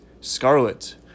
Scarlet